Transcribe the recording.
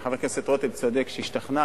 חבר הכנסת רותם צודק שהשתכנענו,